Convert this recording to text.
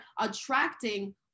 attracting